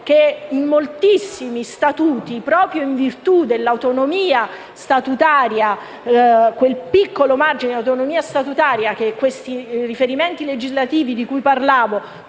che in moltissimi statuti, proprio in virtù di quel piccolo margine di autonomia statutaria che questi riferimenti legislativi di cui parlavo